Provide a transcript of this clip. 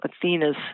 Athena's